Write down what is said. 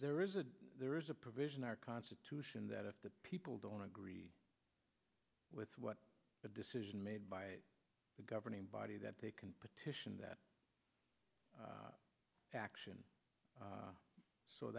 there is a there is a provision our constitution that if the people don't agree with what the decision made by the governing body that they can petition that action